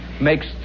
makes